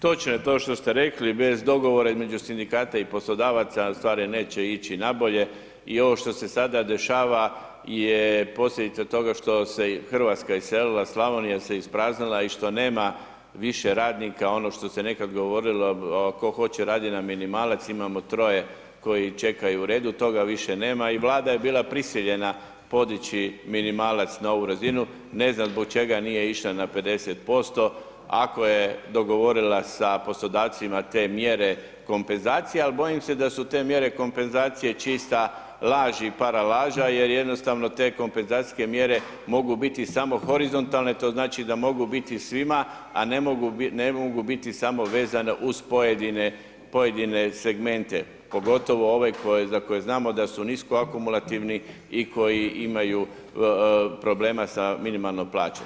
Točno je to što ste rekli, bez dogovora između Sindikata i poslodavaca, stvari neće ići na bolje i ovo što se sada dešava je posljedica toga što se Hrvatska iselila, Slavonija se ispraznila i što nema više radnika, ono što se nekad govorilo tko hoće radit na minimalac, imamo troje koji čekaju u redu, toga više nema i Vlada je bila prisiljena podići minimalac na ovu razinu, ne znam zbog čega nije išla na 50%, ako je dogovorila sa poslodavcima te mjere kompenzacije, ali bojim se da su te mjere kompenzacije čista laž i paralaža jer jednostavno te kompenzacijske mjere mogu biti samo horizontalne, to znači da mogu biti svima, a ne mogu biti samo vezane uz pojedine, pojedine segmente, pogotovo ove koje, za koje znamo da su nisko akumulativni i koji imaju problema sa minimalnom plaćom.